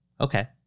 Okay